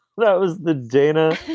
that was the data.